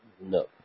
No